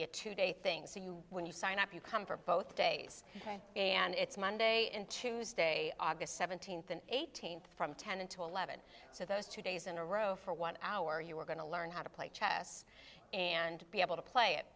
be a two day things to you when you sign up you come for both days and it's monday and tuesday august seventeenth and eighteenth from ten until eleven so those two days in a row for one hour you're going to learn how to play chess and be able to play it